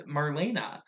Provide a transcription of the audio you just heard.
Marlena